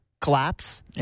collapse